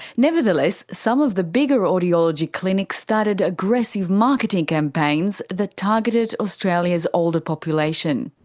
nevertheless, some of the bigger audiology clinics started aggressive marketing campaigns that targeted australia's older population.